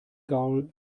gaul